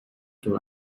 tool